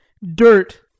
DIRT